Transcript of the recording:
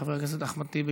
חבר הכנסת אחמד טיבי,